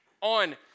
on